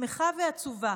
שמחה ועצובה,